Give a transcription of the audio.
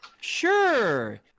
Sure